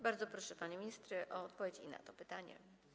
Bardzo proszę, panie ministrze, o odpowiedź na to pytanie.